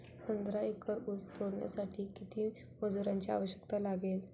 पंधरा एकर ऊस तोडण्यासाठी किती मजुरांची आवश्यकता लागेल?